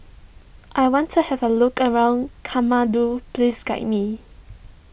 I want to have a look around Kathmandu please guide me